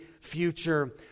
future